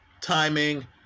timing